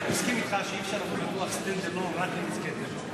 אני מסכים אתך שאי-אפשר לעשות ביטוח stand alone רק לנזקי טבע,